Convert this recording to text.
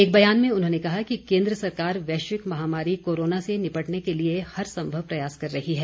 एक बयान में उन्होंने कहा कि केन्द्र सरकार वैश्विक महामारी कोरोना से निपटने के लिए हर सम्भव प्रयास कर रही है